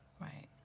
Right